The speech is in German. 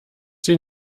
sie